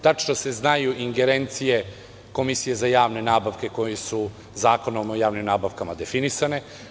Tačno se znaju ingerencije Komisije za javne nabavke koje su Zakonom o javnim nabavkama definisane.